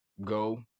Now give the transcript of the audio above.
go